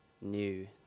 new